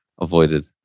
avoided